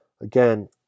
Again